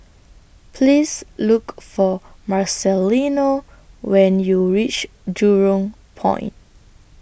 Please Look For Marcelino when YOU REACH Jurong Point